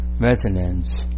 resonance